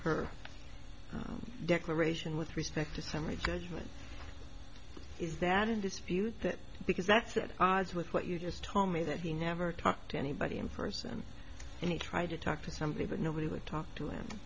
her declaration with respect to summary judgment is that in dispute that because that's it odds with what you just told me that he never talked to anybody in ferguson and he tried to talk to somebody that nobody would talk to